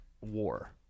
war